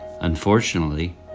Unfortunately